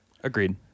Agreed